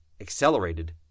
accelerated